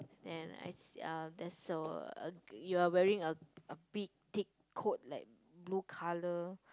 then I see uh that's a you are wearing a a big thick coat like blue color